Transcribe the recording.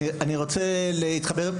אני רוצה להתחבר לדבריו